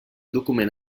document